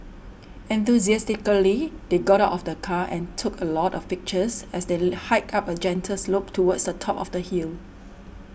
enthusiastically they got out of the car and took a lot of pictures as they hiked up a gentle slope towards the top of the hill